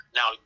Now